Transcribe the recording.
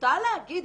זכותה להגיד,